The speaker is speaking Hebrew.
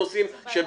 תודה.